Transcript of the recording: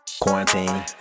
Quarantine